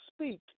speak